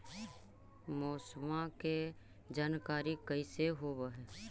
मौसमा के जानकारी कैसे होब है?